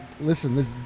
listen